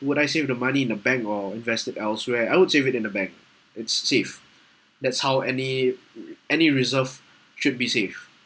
would I save the money in the bank or invested elsewhere I would save it in a bank it's safe that's how any uh any reserve should be saved